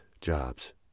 jobs